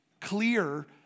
clear